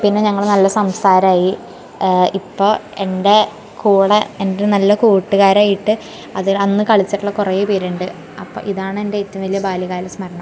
പിന്നെ ഞങ്ങൾ നല്ല സംസാരമായി ഇപ്പം എൻ്റെ കൂടെ എൻറ്റൊരു നല്ല കൂട്ടുകാരായിട്ട് അതെ അന്ന് കളിച്ചിട്ടുള്ള കുറെ പേറുണ്ട് അപ്പം ഇതാണെൻ്റെ ഏറ്റവും വലിയ ബാല്യകാല സ്മരണ